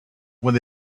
when